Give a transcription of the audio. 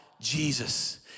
Jesus